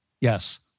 Yes